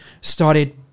started